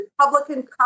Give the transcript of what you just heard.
Republican